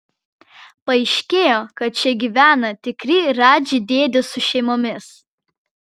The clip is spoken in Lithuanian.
paaiškėjo kad čia gyvena tikri radži dėdės su šeimomis